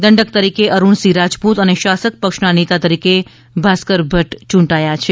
દંડક તરીકે અરુણસિંહ રાજપૂત અને શાસક પક્ષના નેતા તરીકે ભાસ્કર ભદ્દ ચૂંટાયા છે